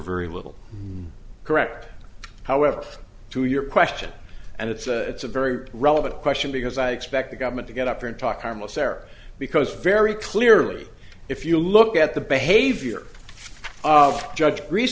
very little correct however to your question and it's a it's a very relevant question because i expect the government to get up here and talk harmless error because very clearly if you look at the behavior of judge reese